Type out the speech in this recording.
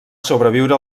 sobreviure